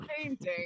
painting